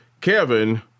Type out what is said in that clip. Kevin